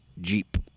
Jeep